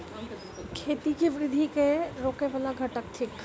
खेती केँ वृद्धि केँ रोकय वला घटक थिक?